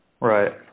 Right